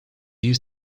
you